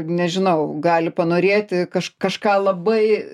nežinau gali panorėti kaž kažką labai